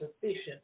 sufficient